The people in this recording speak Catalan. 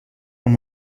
amb